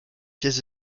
pièce